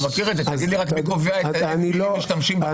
תגיד לי רק מי קובע את המילים בהן משתמשים.